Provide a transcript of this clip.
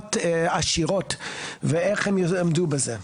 פחות עשירות ואיך הן יעמדו בזה.